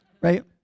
Right